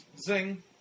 Zing